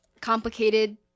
complicated